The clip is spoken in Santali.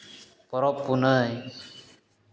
ᱯᱚᱨᱚᱵᱽ ᱯᱩᱱᱟᱹᱭ